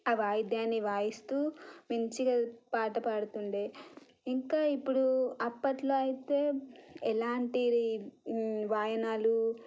ఆ వాయిద్యాన్ని వాయిస్తూ మంచిగా పాట పాడుతుండే ఇంకా ఇప్పుడు అప్పట్లో అయితే ఎలాంటిది వాయనాలు